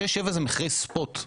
שש-שבע הם מחירי ספוט.